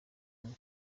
ngo